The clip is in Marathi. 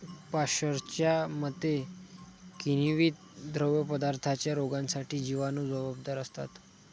पाश्चरच्या मते, किण्वित द्रवपदार्थांच्या रोगांसाठी जिवाणू जबाबदार असतात